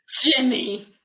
Jimmy